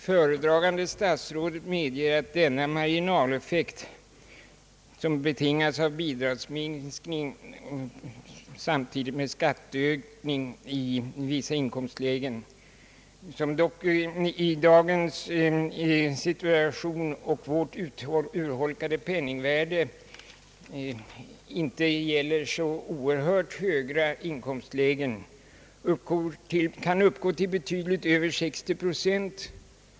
Föredragande statsrådet medger att denna marginaleffekt — som betingas av bidragsminskning samtidigt med skatteökning i vissa inkomstlägen, som dock i dagens situation och med vårt urholkade penningvärde inte gäller så särskilt höga inkomstlägen — kan uppgå till betydligt över 60 procent.